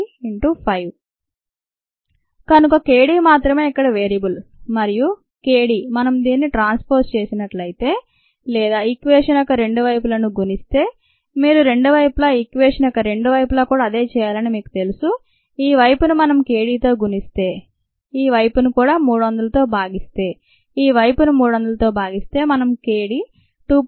303kd5 కనుక k d మాత్రమే ఇక్కడ "వేరియబుల్స్" మరియు k d మనం దీనిని ట్రాన్స్పోజ్ చేసినట్లయితే లేదా "ఈక్వేషన్" యొక్క రెండు వైపులను గుణిస్తే మీరు ఇరువైపులా "ఈక్వేషన్" యొక్క రెండు వైపుల కూడా అదే చేయాలని మీకు తెలుసు ఈ వైపును మనం k d తో గుణిస్తే ఈ వైపును కూడా 300 తో భాగిస్తే ఈ వైపును 300 తో భాగిస్తే మనం k d 2